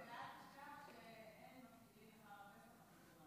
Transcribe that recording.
ואל תשכח שאין מפטירין אחרי הפסח אפיקומן.